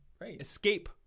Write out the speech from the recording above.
Escape